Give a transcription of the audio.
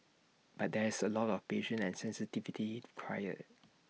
but there's A lot of patience and sensitivity required